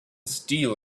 steel